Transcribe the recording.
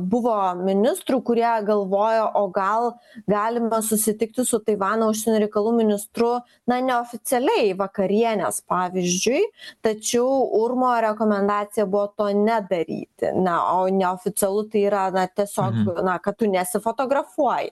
buvo ministrų kurie galvojo o gal galime susitikti su taivano užsienio reikalų ministru na neoficialiai vakarienės pavyzdžiui tačiau urmo rekomendacija buvo to nedaryti na o neoficialu tai yra na tiesiog na kad tu nesifotografuoji